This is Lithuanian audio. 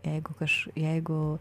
jeigu kaš jeigu